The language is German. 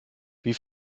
wie